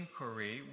inquiry